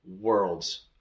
worlds